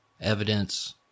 evidence